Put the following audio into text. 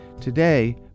Today